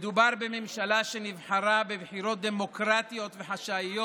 מדובר בממשלה שנבחרה בבחירות דמוקרטיות וחשאיות